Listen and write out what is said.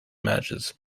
matches